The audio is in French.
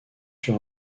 sur